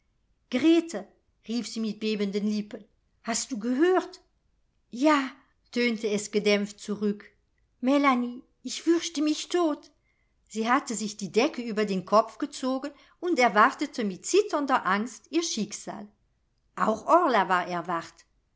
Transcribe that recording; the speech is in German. grete rief sie mit bebenden lippen hast du gehört ja tönte es gedämpft zurück melanie ich fürchte mich tot sie hatte sich die decke über den kopf gezogen und erwartete mit zitternder angst ihr schicksal auch orla war erwacht